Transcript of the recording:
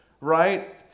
right